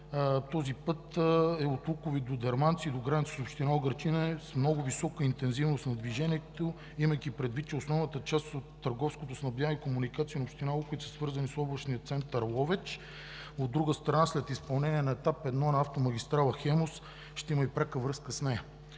Този път е от Луковит до Дерманци, до границата с община Угърчин е с много висока интензивност на движение, имайки предвид, че основната част от търговското снабдяване и комуникация на община Луковит са свързани с областния център Ловеч. От друга страна, след изпълнение на етап 1 на Автомагистрала „Хемус“ ще има и пряка връзка с нея.